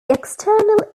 external